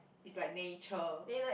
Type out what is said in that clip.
is like nature